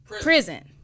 prison